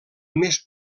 més